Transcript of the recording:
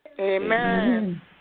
Amen